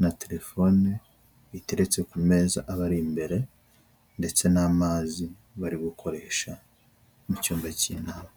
na terefone, biteretse ku meza abari imbere ndetse n'amazi bari gukoresha mu cyumba k'inama.